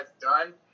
done